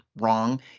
wrong